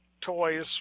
toys